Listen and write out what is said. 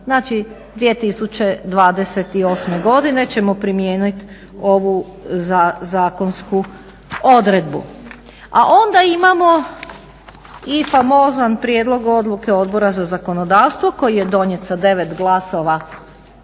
Znači, 2028. godine ćemo primijenit ovu zakonsku odredbu. A onda imamo i famozan prijedlog odluke Odbora za zakonodavstvo koji je donijet sa 9 glasova